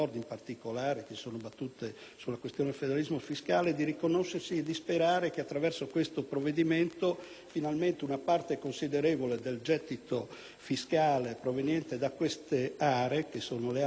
del federalismo fiscale) di riconoscersi e di sperare che attraverso lo stesso finalmente una parte considerevole del gettito fiscale proveniente da queste aree, che sono le aree più produttive e dinamiche del nostro Paese,